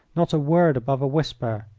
not a word above a whisper.